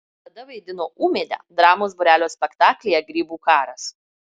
tada vaidino ūmėdę dramos būrelio spektaklyje grybų karas